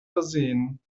versehen